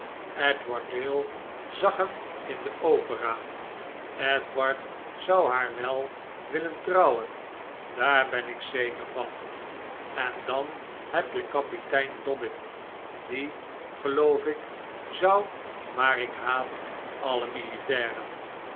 edward dale zag hem in de opera edward zou haar wel willen trouwen daar ben ik zeker van en dan heb je kapitein dobbin die geloof ik zou maar ik haat alle militairen